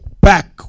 back